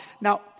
now